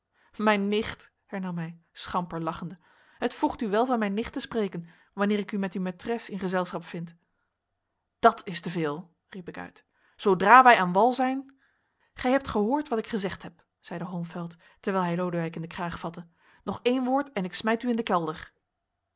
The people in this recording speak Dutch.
mijn nicht hernam hij schamper lachende het voegt u wel van mijn nicht te spreken wanneer ik u met uw maitres in gezelschap vind dat is te veel riep ik uit zoodra wij aan wal zijn gij hebt gehoord wat ik gezegd heb zeide holmfeld terwijl hij lodewijk in den kraag vatte nog één woord en ik smijt u in den kelder